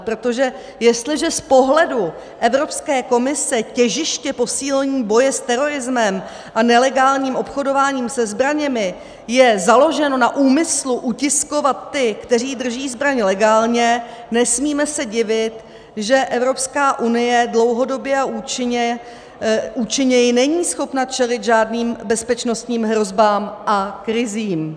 Protože jestliže z pohledu Evropské komise těžiště posílení boje s terorismem a nelegálním obchodováním se zbraněmi je založeno na úmyslu utiskovat ty, kteří drží zbraň legálně, nesmíme se divit, že Evropská unie dlouhodobě a účinněji není schopna čelit žádným bezpečnostním hrozbám a krizím.